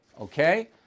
okay